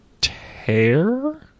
tear